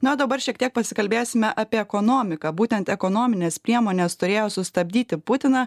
na o dabar šiek tiek pasikalbėsime apie ekonomiką būtent ekonominės priemonės turėjo sustabdyti putiną